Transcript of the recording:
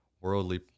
worldly